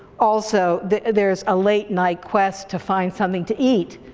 also, there's a late night quest to find something to eat